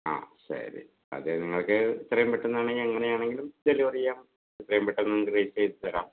ആ ശരി അത് നിങ്ങൾക്ക് ഇത്രയും പെട്ടെന്നാണെങ്കിൽ അങ്ങനെയാണെങ്കിലും ഡെലിവറി ചെയ്യാം എത്രയും പെട്ടെന്ന് രജിസ്റ്റർ ചെയ്ത് തരാം